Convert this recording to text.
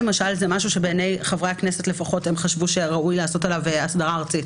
זה משהו שחברי הכנסת חשבו שראוי לעשות אותו באסדרה ארצית,